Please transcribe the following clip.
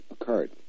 occurred